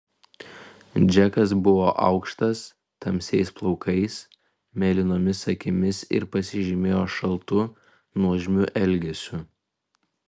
džekas buvo aukštas tamsiais plaukais mėlynomis akimis ir pasižymėjo šaltu nuožmiu elgesiu